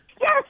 Yes